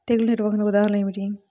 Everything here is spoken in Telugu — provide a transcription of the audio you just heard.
తెగులు నిర్వహణకు ఉదాహరణలు ఏమిటి?